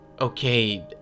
okay